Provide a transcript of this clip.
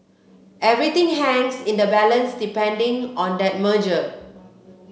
everything hangs in the balance depending on that merger